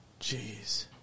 Jeez